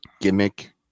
gimmick